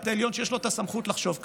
העליון שיש לו את הסמכות לחשוב כך.